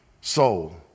soul